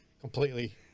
completely